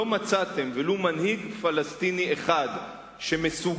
לא מצאתם ולו מנהיג פלסטיני אחד שמסוגל,